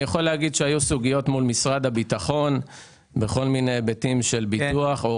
היו סוגיות מול משרד הביטחון בכל מיני היבטים של ביטוח כי